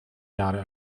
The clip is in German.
jahre